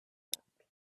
stopped